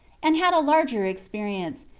and had a larger experience,